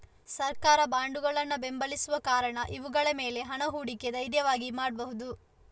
ಸರ್ಕಾರ ಬಾಂಡುಗಳನ್ನ ಬೆಂಬಲಿಸುವ ಕಾರಣ ಇವುಗಳ ಮೇಲೆ ಹಣ ಹೂಡಿಕೆ ಧೈರ್ಯವಾಗಿ ಮಾಡ್ಬಹುದು